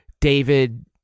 David